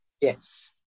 Yes